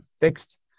fixed